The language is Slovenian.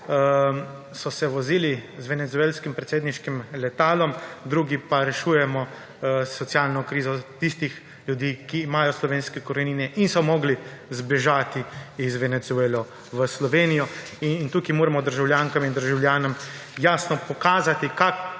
so se vozili z venezuelskim predsedniškim letalom, drugi pa rešujemo socialno krizo tistih ljudi, ki imajo slovenske korenine in so morali zbežati iz Venezuelo iz Slovenijo. In tukaj moramo državljankam in državljanom jasno pokazati, kakšno